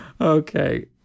Okay